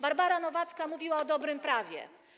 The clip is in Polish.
Barbara Nowacka mówiła o dobrym prawie.